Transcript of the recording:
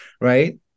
Right